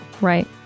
Right